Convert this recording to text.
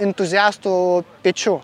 entuziastų pečių